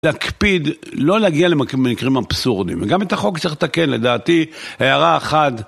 להקפיד, לא להגיע למקרים אבסורדים, וגם את החוק צריך לתקן, לדעתי הערה אחת